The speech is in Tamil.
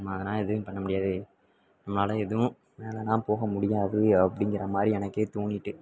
நம்ம அதனால் எதுவும் பண்ண முடியாது நம்மளால் எதுவும் மேலேல்லாம் போக முடியாது அப்படிங்கிற மாதிரி எனக்கே தோணிவிட்டு